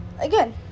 Again